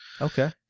Okay